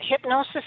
hypnosis